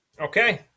Okay